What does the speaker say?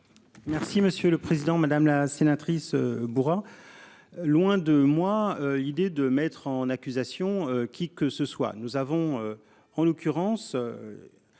Merci monsieur le président, madame la sénatrice bourrin. Loin de moi l'idée de mettre en accusation qui que ce soit.